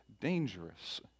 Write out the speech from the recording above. dangerous